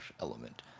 element